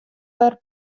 wer